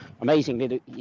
amazingly